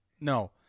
No